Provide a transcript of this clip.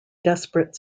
desperate